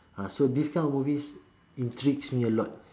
ah so this kind of movies intrigues me a lot